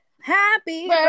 Happy